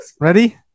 Ready